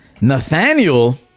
Nathaniel